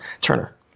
Turner